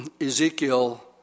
Ezekiel